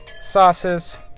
sauces